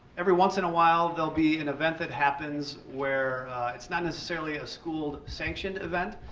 every once in a while there will be an event that happens where it's not necessarily a school sanctioned event,